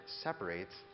separates